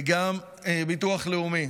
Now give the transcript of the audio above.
וגם ביטוח לאומי.